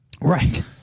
Right